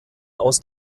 aus